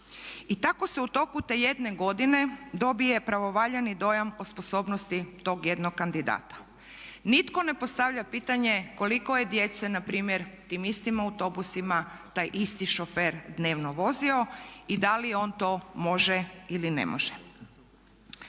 I tako se u toku te jedne godine dobije pravovaljani dojam o sposobnosti tog jednog kandidata. Nitko ne postavlja pitanje koliko je djece na primjer tim istim autobusima taj isti šofer dnevno vozio i da li on to može ili ne može.